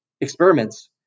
experiments